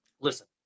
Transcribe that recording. Listen